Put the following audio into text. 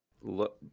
look